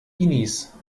inis